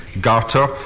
garter